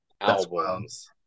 albums